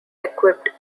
equipped